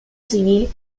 civil